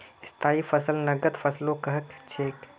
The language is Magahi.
स्थाई फसलक नगद फसलो कह छेक